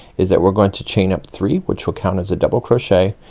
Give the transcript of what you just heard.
is that we're going to chain up three, which will count as a double crochet,